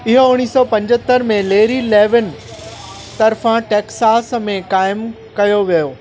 इहो उणिवीह सौ पंजहतरि में लेरी लेविन तर्फ़ां टेक्सास में क़ाइमु कयो वियो